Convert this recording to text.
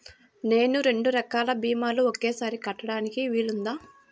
నేను రెండు రకాల భీమాలు ఒకేసారి కట్టడానికి వీలుందా?